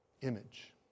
image